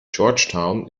georgetown